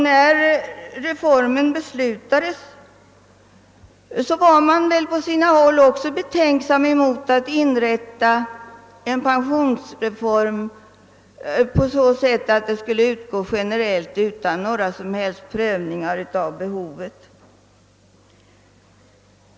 När reformen genomfördes var man på sina håll också betänksam mot att pension skulle utgå generellt utan några som helst prövningar av behovet.